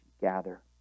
gather